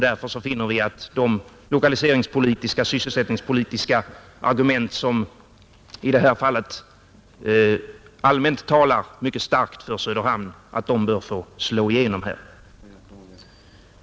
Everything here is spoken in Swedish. Därför finner vi att de lokaliseringspolitiska och sysselsättningspolitiska argumenten som i det här fallet allmänt talar mycket starkt för Söderhamn bör få slå igenom.